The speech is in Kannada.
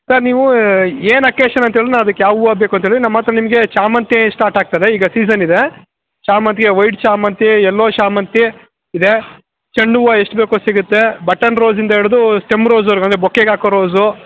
ಸರ್ ನೀವು ಏನು ಒಕೇಶನ್ ಅಂತ ಹೇಳಿದ್ರೆ ನಾವು ಅದಕ್ಕೆ ಯಾವ ಹೂವ ಬೇಕಂತ ಹೇಳಿದ್ರೆ ನಮ್ಮ ಹತ್ರ ನಿಮಗೆ ಶಾಮಂತೆ ಸ್ಟಾರ್ಟ್ ಆಗ್ತದೆ ಈಗ ಸೀಸನ್ ಇದೆ ಶಾಮಂತ್ಗೆ ವೈಟ್ ಶಾಮಂತೆ ಯಲ್ಲೊ ಶಾಮಂತೆ ಇದೇ ಚೆಂಡು ಹೂವು ಎಷ್ಟು ಬೇಕೊ ಅಷ್ಟು ಸಿಗುತ್ತೆ ಬಟನ್ ರೋಸಿಂದ ಹಿಡ್ದು ಸ್ಟೆಮ್ ರೋಸ್ವರೆಗೂ ಅಂದರೆ ಬೊಕ್ಕೆಗೆ ಹಾಕೋ ರೋಸು